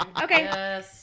Okay